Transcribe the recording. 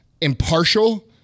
impartial